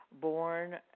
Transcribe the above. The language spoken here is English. born